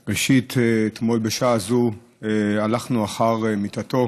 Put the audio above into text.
ראשית, אתמול בשעה זו הלכנו אחר מיטתו